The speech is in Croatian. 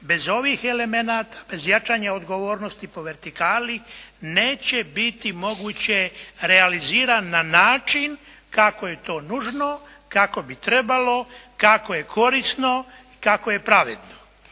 bez ovih elemenata, bez jačanja odgovornosti po vertikali, neće biti moguće realiziran na način kako je to nužno, kako bi trebalo, kako je korisno i kako je pravedno.